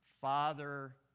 father